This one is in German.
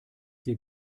dir